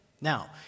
Now